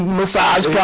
massage